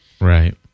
Right